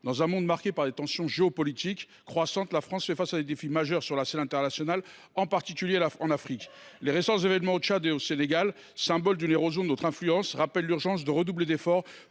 Dans un monde marqué par des tensions géopolitiques croissantes, la France fait face à des défis majeurs sur la scène internationale, en particulier en Afrique. Les récents événements au Tchad et au Sénégal, symboles d’une érosion de notre influence, rappellent l’urgence de redoubler d’efforts